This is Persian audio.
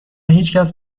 هیچکس